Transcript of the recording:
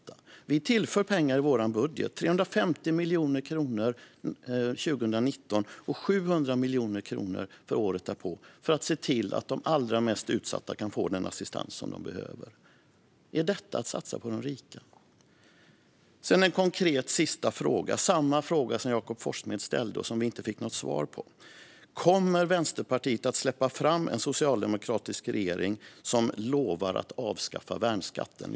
Genom vår budget tillför vi pengar. Det blir 350 miljoner kronor 2019 och 700 miljoner kronor året därpå för att se till att de allra mest utsatta kan få den assistans de behöver. Är detta att satsa på de rika? Jag har en konkret sista fråga. Det är samma fråga som Jakob Forssmed ställde och som han inte fick något svar på. Kommer Vänsterpartiet att släppa fram en socialdemokratisk regering som lovar att avskaffa värnskatten?